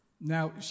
Now